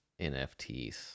nfts